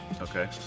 Okay